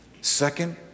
Second